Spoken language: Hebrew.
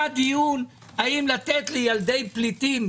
היה דיון האם לתת לילדי פליטים,